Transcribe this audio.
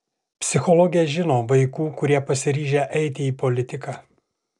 psichologė žino vaikų kurie pasiryžę eiti į politiką